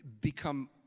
become